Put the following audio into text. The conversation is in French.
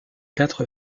quatre